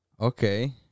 Okay